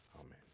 amen